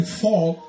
fall